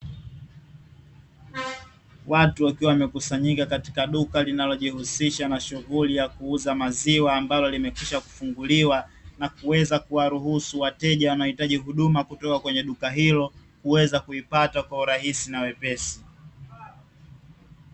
Watu wakiwa wamekusanyika katika duka linalojihisisha na shughuli ya kuuza maziwa, ambalo limekwisha kufunguliwa na kuweza kuwaruhusu wateja wanaohitaji huduma kutoka kwenye duka hilo kuweza kuipata kwa urahisi na wepesi.